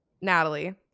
Natalie